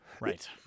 Right